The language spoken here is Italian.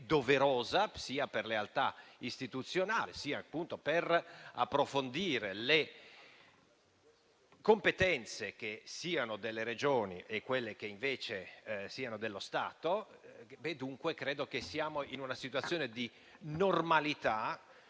sia per lealtà istituzionale, sia per approfondire quali competenze siano delle Regioni e quali invece dello Stato. Credo dunque che siamo in una situazione di normalità